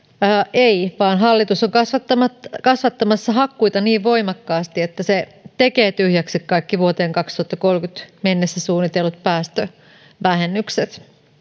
ei vaan hallitus on kasvattamassa kasvattamassa hakkuita niin voimakkaasti että se tekee tyhjäksi kaikki vuoteen kaksituhattakolmekymmentä mennessä suunnitellut päästövähennykset